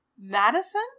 Madison